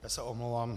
Já se omlouvám...